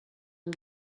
amb